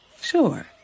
Sure